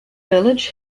village